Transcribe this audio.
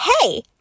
Hey